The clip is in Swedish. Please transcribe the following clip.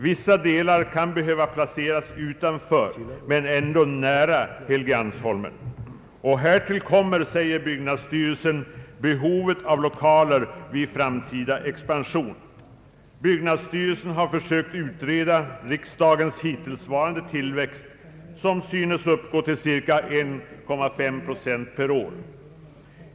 Vissa delar kan behöva placeras utanför men ändock nära Helgeandsholmen. Härtill kommer, säger byggnadsstyrelsen, behovet av lokaler för framtida expansion. Byggnadsstyrelsen har försökt utreda riksdagens hittillsvarande tillväxt, som synes uppså till cirka 1,5 procent per år.